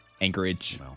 Anchorage